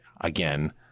Again